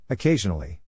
Occasionally